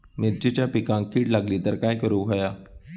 मिरचीच्या पिकांक कीड लागली तर काय करुक होया?